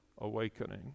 Awakening